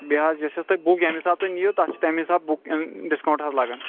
بیٚیہِ حظ یُس یُس تُہۍ بُک یِمہِ حِسابہٕ تُہۍ نِیِو تَتھ چھُ تَمہِ حِسابہٕ بُک ڈِسکاونٛٹ حظ لگان